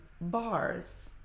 bars